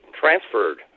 transferred